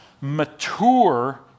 mature